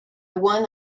won